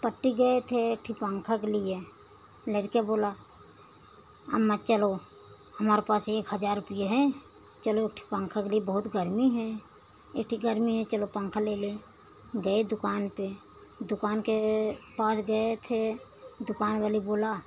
पट्टी गए थे कि पंखा के लिए लड़का बोला अम्मा चलो हमारे पास एक हजार रूपया है चलो एक ठे पंखा क ले बहुत गर्मी हे इतनी गर्मी में चलो पंखा ले ले गए दुकान पे दुकान के पास गए थे दुकान वाले बोला